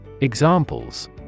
Examples